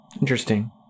interesting